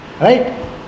right